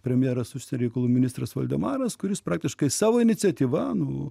premjeras užsienio reikalų ministras valdemaras kuris praktiškai savo iniciatyva nu